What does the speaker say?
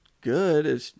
good